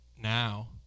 now